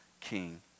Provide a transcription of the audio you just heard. king